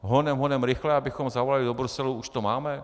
Honem honem rychle, abychom zavolali do Bruselu: už to máme?